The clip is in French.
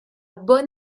bonn